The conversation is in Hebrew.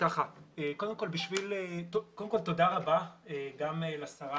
תודה רבה גם לשרה